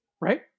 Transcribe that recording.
right